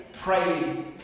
praying